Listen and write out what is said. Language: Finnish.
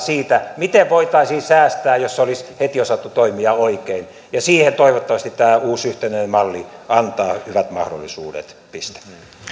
miten voitaisiin säästää jos olisi heti osattu toimia oikein ja siihen toivottavasti tämä uusi yhtenäinen malli antaa hyvät mahdollisuudet piste